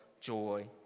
joy